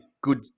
good